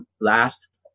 last